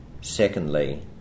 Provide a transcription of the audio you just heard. Secondly